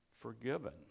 forgiven